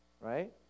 right